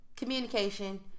Communication